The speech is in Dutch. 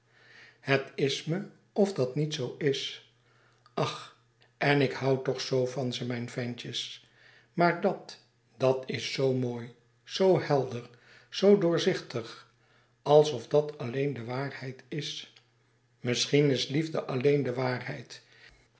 het is me of dat niet zoo is ach en ik hoû toch zoo van ze mijn ventjes maar dàt dat is zoo mooi zoo helder zoo doorzichtig alsof dàt alleen de waarheid is misschien is liefde alleen de waarheid